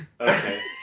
Okay